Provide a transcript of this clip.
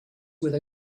with